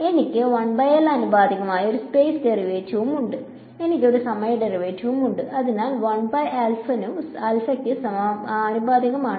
എനിക്ക് 1L ആനുപാതികമായ ഒരു സ്പേസ് ഡെറിവേറ്റീവ് ഉണ്ട് എനിക്ക് ഒരു സമയ ഡെറിവേറ്റീവും ഉണ്ട് അത്നു ആനുപാതികമാണ്